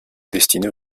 destinés